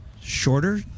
shorter